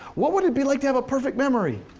what would it be like to have a perfect memory?